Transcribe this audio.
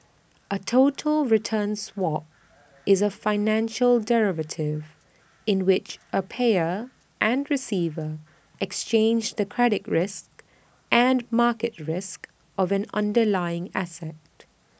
A total return swap is A financial derivative in which A payer and receiver exchange the credit risk and market risk of an underlying asset